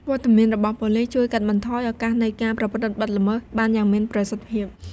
វត្តមានរបស់ប៉ូលិស ជួយ កាត់បន្ថយឱកាសនៃការប្រព្រឹត្តបទល្មើស បានយ៉ាងមានប្រសិទ្ធភាព។